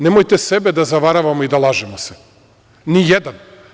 Nemojte sebe da zavaravamo i da lažemo se - nijedan.